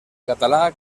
català